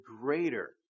greater